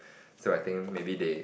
so I think maybe they